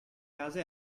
casa